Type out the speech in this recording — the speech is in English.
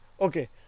okay